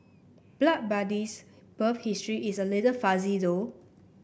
Blood Buddy's birth history is a little fuzzy though